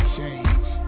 change